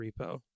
repo